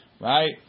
right